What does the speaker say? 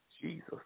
Jesus